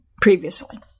previously